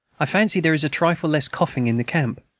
i fancy there is a trifle less coughing in the camp.